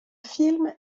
film